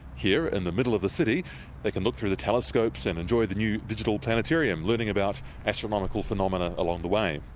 here in and the middle of the city they can look through the telescopes and enjoy the new digital planetarium, learning about astronomical phenomena along the way.